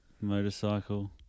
motorcycle